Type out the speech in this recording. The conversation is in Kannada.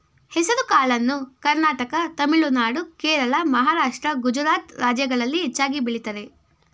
ಹೆಸರುಕಾಳನ್ನು ಕರ್ನಾಟಕ ತಮಿಳುನಾಡು, ಕೇರಳ, ಮಹಾರಾಷ್ಟ್ರ, ಗುಜರಾತ್ ರಾಜ್ಯಗಳಲ್ಲಿ ಹೆಚ್ಚಾಗಿ ಬೆಳಿತರೆ